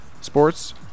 Sports